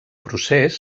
procés